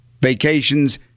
Vacations